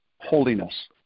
holiness